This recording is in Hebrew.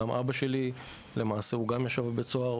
אבא שלי למעשה גם ישב בבית הסוהר